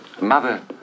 Mother